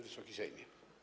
Wysoki Sejmie!